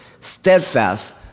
steadfast